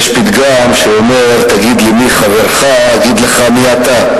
יש פתגם שאומר: תגיד לי מי חברך, אגיד לך מי אתה,